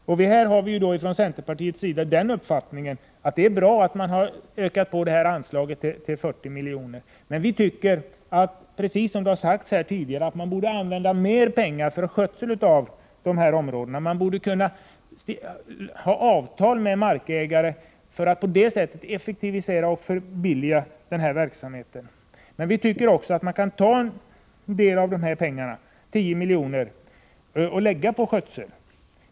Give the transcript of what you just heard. Från centerpartiets sida har vi den uppfattningen att det är bra att anslaget har ökats till 40 milj.kr. Men vi tycker, precis som det har sagts tidigare, att man borde använda mer pengar för skötsel av dessa områden. Man borde kunna ha avtal med markägare för att på det sättet effektivisera och förbilliga verksamheten. Vi tycker också att man kan ta en del av dessa pengar, 10 milj.kr., och lägga på skötsel.